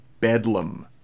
bedlam